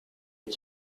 het